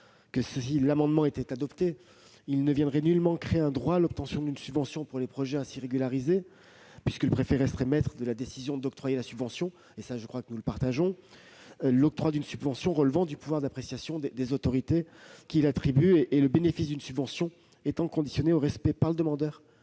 que, si l'amendement était adopté, il ne viendrait nullement créer un droit pour l'obtention d'une subvention au profit des projets ainsi régularisés, puisque le préfet reste le maître de la décision d'octroyer la subvention- cela, je crois que nous le partageons -, l'octroi d'une subvention relevant du pouvoir d'appréciation des autorités qui l'attribuent et le bénéfice d'une subvention étant conditionné au respect par le demandeur